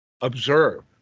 observe